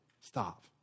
Stop